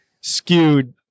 skewed